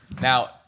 Now